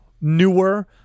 newer